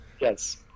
yes